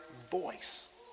voice